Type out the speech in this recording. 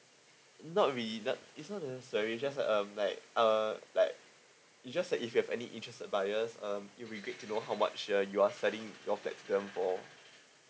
not relate it's not necessary just um like uh like it just like if you have any interested buyers um it will be great to know how much uh you are starting your flats them for